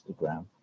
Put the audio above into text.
Instagram